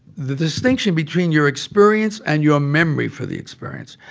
the distinction between your experience and your memory for the experience.